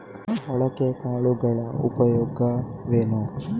ಮೊಳಕೆ ಕಾಳುಗಳ ಉಪಯೋಗವೇನು?